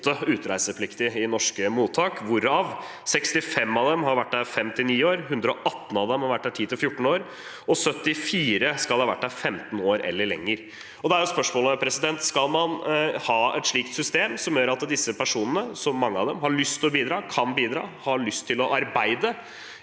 utreisepliktige i norske mottak, hvorav 65 av dem har vært der i 5–9 år, 118 av dem har vært der i 10–14 år, og 74 skal ha vært der i 15 år eller lenger. Da er spørsmålet: Skal man ha et slikt system som gjør at disse personene, hvorav mange av dem har lyst til og kan bidra og har lyst til å arbeide